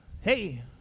hey